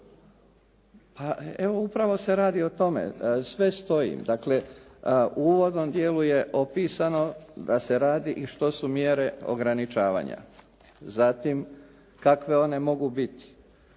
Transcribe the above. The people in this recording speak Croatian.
… Evo upravo se radi o tome, sve stoji. Dakle, u uvodnom dijelu je opisano da se radi i što su mjere ograničavanja, zatim kakve one mogu biti,